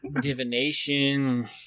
divination